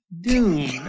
Doom